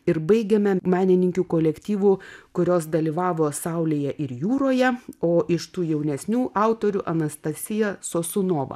ir baigiame menininkių kolektyvu kurios dalyvavo saulėje ir jūroje o iš tų jaunesnių autorių anastazija sosunova